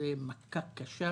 זאת מכה קשה